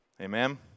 Amen